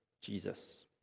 Jesus